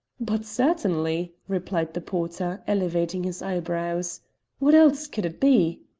but certainly, replied the porter, elevating his eyebrows what else could it be?